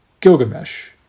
Gilgamesh